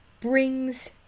brings